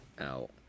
out